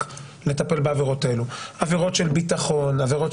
לטפל בעבירות האלה עבירות של ביטחון וכולי,